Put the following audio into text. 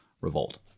revolt